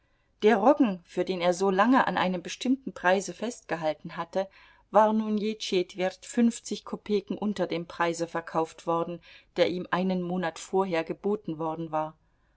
der roggen für den er so lange an einem bestimmten preise festgehalten hatte war nun je tschetwert fünfzig kopeken unter dem preise verkauft worden der ihm einen monat vorher geboten worden war